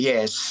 Yes